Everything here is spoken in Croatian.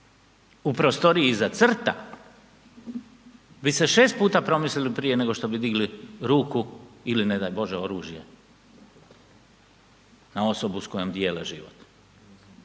u prostoriji iza crta bi se šest puta promislili prije nego što bi digli ruku ili ne daj Bože oružje na osobu s kojom dijele život.